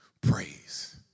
praise